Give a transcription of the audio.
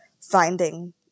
finding